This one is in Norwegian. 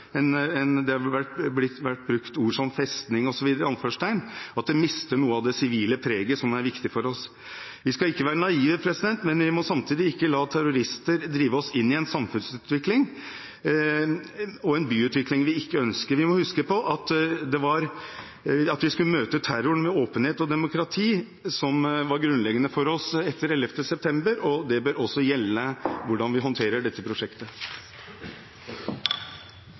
det har vært brukt ord som «festning» osv. – at det mister noe av det sivile preget som er viktig for oss. Vi skal ikke være naive, men vi må heller ikke la terrorister drive oss inn i en samfunnsutvikling og en byutvikling vi ikke ønsker. Vi må huske på at vi skulle møte terroren med åpenhet og demokrati, som var grunnleggende for oss etter 22. juli, og det bør også gjelde hvordan vi håndterer dette prosjektet.